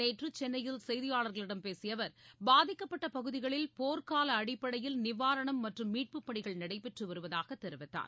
நேற்று சென்னையில் செய்தியாளர்களிடம் பேசிய அவர் பாதிக்கப்பட்ட பகுதிகளில் போர்க்கால அடிப்படையில் நிவாரணம் மற்றும் மீட்பு பணிகள் நடைபெற்றுவருவதாக தெரிவித்தார்